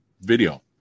video